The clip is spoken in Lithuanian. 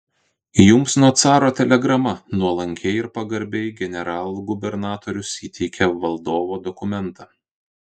jums nuo caro telegrama nuolankiai ir pagarbiai generalgubernatorius įteikė valdovo dokumentą